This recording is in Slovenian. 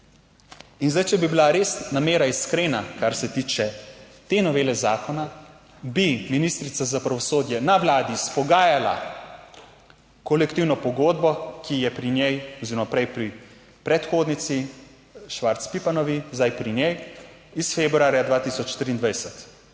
In zdaj, če bi bila res namera iskrena, kar se tiče te novele zakona, bi ministrica za pravosodje na Vladi izpogajala kolektivno pogodbo, ki je pri njej oziroma prej pri predhodnici Švarc Pipanovi, zdaj pri njej, iz februarja 11.